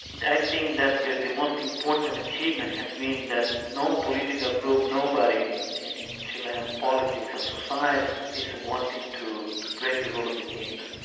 think that the the most important achievement has been that no political group, nobody in chilean politics and society, is wanting to to break the rules of the game.